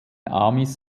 amis